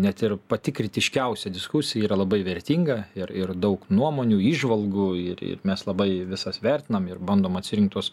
net ir pati kritiškiausia diskusija yra labai vertinga ir ir daug nuomonių įžvalgų ir ir mes labai visas vertinam ir bandom atsirinkt tuos